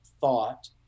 thought